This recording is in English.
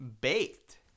Baked